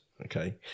okay